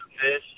fish